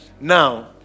Now